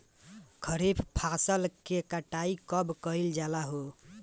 खरिफ फासल के कटाई कब कइल जाला हो?